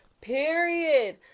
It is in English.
period